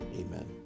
Amen